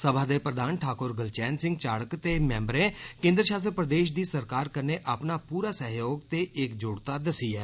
सभा दे प्रधान ठाकुर गुलचैन सिंह चाढ़क ते मैंबर केन्द्र षासित प्रदेष दी सरकार कन्नै अपना पूरा सैहयोग ते इक जुटता दस्सी ऐ